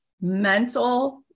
mental